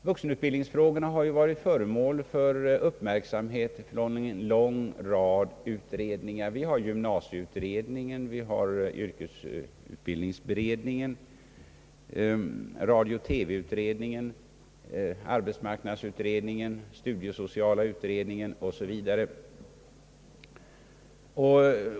Vuxenutbildningsfrågorna har ju va rit föremål för uppmärksamhet från en lång rad utredningar; gymnasieutredningen, yrkesutbildningsberedningen, radiooch TV-utredningen, arbetsmarknadsutredningen, studiesociala utredningen o. s. v.